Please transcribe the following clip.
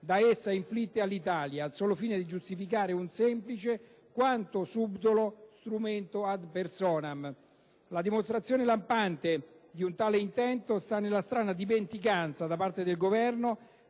da essa inflitte all'Italia, al solo fine di giustificare un semplice, quanto subdolo, strumento *ad personam*. La dimostrazione lampante di un tale intento sta nella strana dimenticanza, da parte del Governo,